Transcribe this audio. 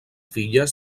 filles